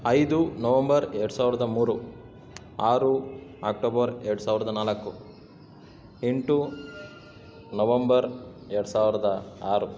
ಐದು ನವಂಬರ್ ಎರಡು ಸಾವಿರದ ಮೂರು ಆರು ಅಕ್ಟೋಬರ್ ಎರಡು ಸಾವಿರದ ನಾಲ್ಕು ಎಂಟು ನವಂಬರ್ ಎರಡು ಸಾವಿರದ ಆರು